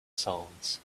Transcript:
souls